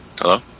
Hello